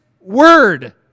word